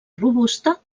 robusta